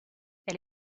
elle